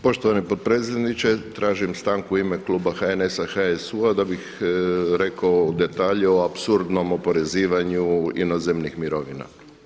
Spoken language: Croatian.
Poštovani potpredsjedniče tražim stanku u ime kluba HNS-a, HSU-a da bih rekao detalje o apsurdnom oporezivanju inozemnih mirovina.